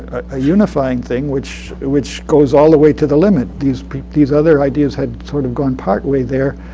a unifying thing which which goes all the way to the limit. these these other ideas had sort of gone partway there.